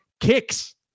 kicks